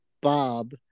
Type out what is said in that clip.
Bob